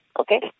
okay